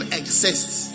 exists